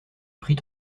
prit